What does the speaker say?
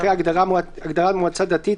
אחרי ההגדרה מועצה דתית,